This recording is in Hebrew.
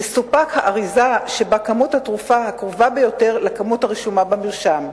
תסופק האריזה שבה כמות התרופה הקרובה ביותר לכמות הרשומה במרשם.